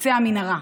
בקצה המנהרה.